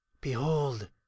Behold